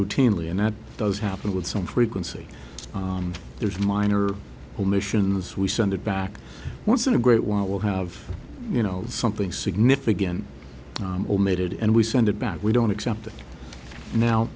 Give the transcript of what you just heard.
routinely and that does happen with some frequency there's minor omissions we send it back once in a great while we'll have you know something significant omitted and we send it back we don't accept it now